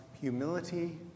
humility